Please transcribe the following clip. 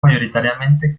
mayoritariamente